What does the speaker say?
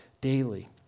daily